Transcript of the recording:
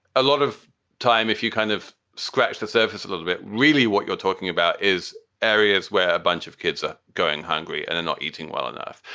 a lot of time, if you kind of scratch the surface a little bit, really what you're talking about is areas where a bunch of kids are going hungry and are not eating well enough.